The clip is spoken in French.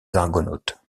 argonautes